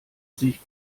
sich